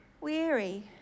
weary